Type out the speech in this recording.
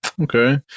Okay